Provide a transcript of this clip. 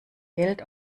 geld